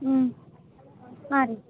ಹ್ಞೂ ಹಾಂ ರೀ